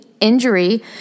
injury